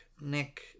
Nick